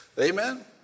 Amen